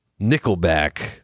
Nickelback